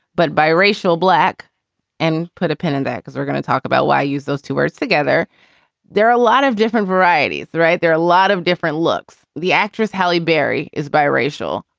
but bi-racial black and put a pin in that because we're gonna talk about why i use those two words together there are a lot of different varieties, right? there are a lot of different looks. the actress halley berry is bi-racial.